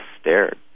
stared